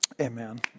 Amen